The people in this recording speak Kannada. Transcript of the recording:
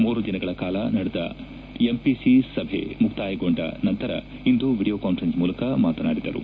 ಮೂರು ದಿನಗಳ ಕಾಲ ನಡೆದ ಎಂಪಿಸಿ ಸಭೆ ಮುಕ್ತಾಯಗೊಂಡ ನಂತರ ಇಂದು ವೀಡಿಯೊ ಕಾನ್ವರನ್ನಿಂಗ್ ಮೂಲಕ ಮಾತನಾಡಿದರು